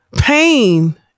pain